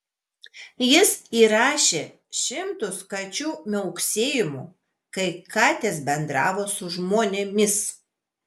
jis įrašė šimtus kačių miauksėjimų kai katės bendravo su žmonėmis